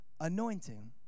anointing